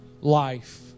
life